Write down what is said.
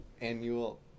annual –